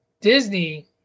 Disney